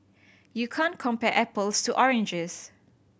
you can't compare apples to oranges